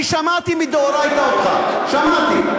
אני שמעתי אותך, שמעתי.